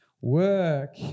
work